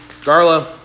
Garla